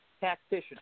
tactician